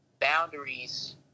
boundaries